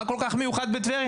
מה כל כך מיוחד בטבריה?